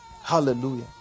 Hallelujah